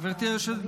גברתי היושבת בראש,